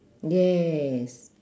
yes